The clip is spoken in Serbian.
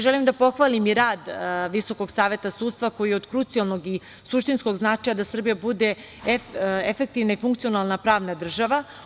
Želim da pohvalim i rad Visokog saveta sudstva koji je od krucijalnog i suštinskog značaja da Srbija bude efektivna i funkcionalna pravna država.